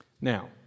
Now